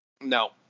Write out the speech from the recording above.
No